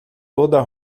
toda